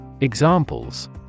Examples